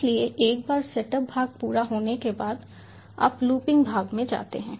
इसलिए एक बार सेटअप भाग पूरा होने के बाद आप लूपिंग भाग में जाते हैं